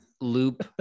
loop